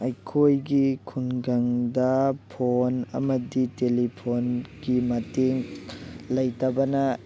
ꯑꯩꯈꯣꯏꯒꯤ ꯈꯨꯟꯒꯪꯗ ꯐꯣꯟ ꯑꯃꯗꯤ ꯇꯤꯂꯤꯐꯣꯟꯒꯤ ꯃꯇꯦꯡ ꯂꯩꯇꯕꯅ